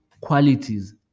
qualities